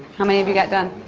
how many have you got gone?